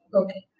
okay